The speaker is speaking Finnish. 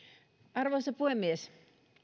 arvoisa puhemies